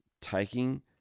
taking